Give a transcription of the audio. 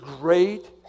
great